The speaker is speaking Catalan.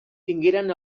tingueren